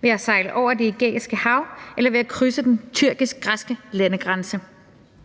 ved at sejle over Det Ægæiske Hav eller ved at krydse den tyrkisk-græske landegrænse.